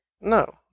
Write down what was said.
No